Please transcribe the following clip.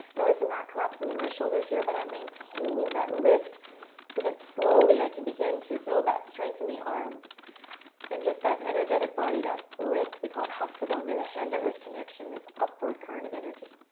notice i'm not collapsing into my shoulders, but i'm maintaining that lift so that slowly, i can begin to build that strength in the arms and just that energetic body, that lift, we call it hasta bandha the hand-to-earth connection, this upward current of energy.